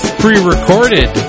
pre-recorded